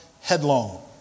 headlong